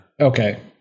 Okay